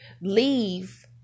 leave